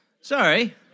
Sorry